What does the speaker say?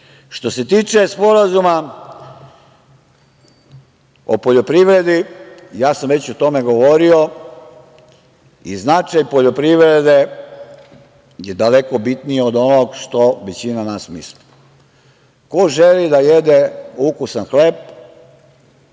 se tiče Sporazuma o poljoprivredi, ja sam već o tome govorio i značaj poljoprivrede je daleko bitniji od onoga što većina nas misli. Ko želi da jede ukusan hleb,